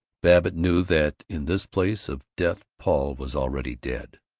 babbitt knew that in this place of death paul was already dead.